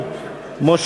ו-90 91, עדיין בל"ד.